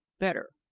better!